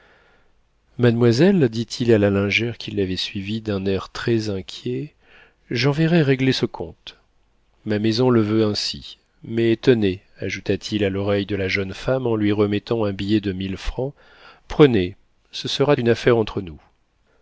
mademoiselle dit-il à la lingère qui l'avait suivi d'un air très inquiet j'enverrai régler ce compte ma maison le veut ainsi mais tenez ajouta-t-il à l'oreille de la jeune femme en lui remettant un billet de mille francs prenez ce sera une affaire entre nous